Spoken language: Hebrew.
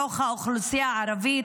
בתוך האוכלוסייה הערבית.